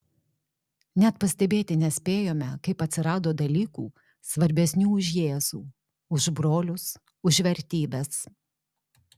net pastebėti nespėjome kaip atsirado dalykų svarbesnių už jėzų už brolius už vertybes